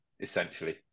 essentially